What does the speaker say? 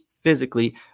physically